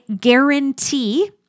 guarantee